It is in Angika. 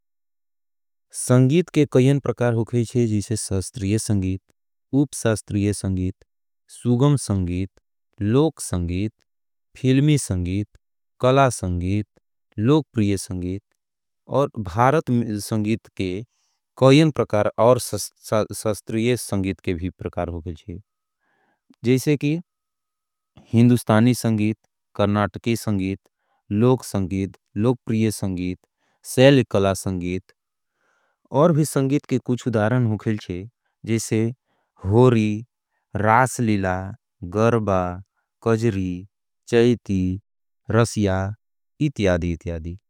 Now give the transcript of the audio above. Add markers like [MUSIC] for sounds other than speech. संगीत के कईयन प्रकार हो गईचे, जिसे सस्त्रिय संगीत, ऊपसस्त्रिय संगीत, सुगम संगीत, लोक संगीत, फिल्मी संगीत, कला संगीत, लोकप्रिय संगीत, और भारत संगीत के कईयन प्रकार और [HESITATION] सस्त्रिय संगीत के भी प्रकार हो गईचे। हिंदुस्तानी संगीत, करनाटकी संगीत, लोक संगीत, लोकप्रिय संगीत, सैलिक कला संगीत, होरी, रासलिला, गर्बा, कजरी, चैती, रस्या, इत्यादी।